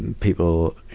and people, you